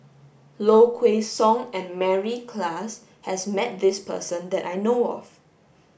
Low Kway Song and Mary Klass has met this person that I know of